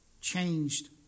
changed